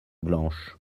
blanche